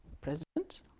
president